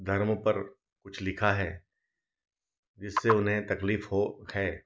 धर्मों पर कुछ लिखा है जिनसे उन्हें तकलीफ हो है